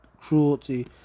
cruelty